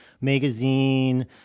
magazine